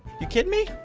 you kidding me.